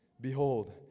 Behold